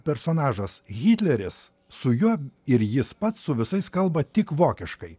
personažas hitleris su juo ir jis pats su visais kalba tik vokiškai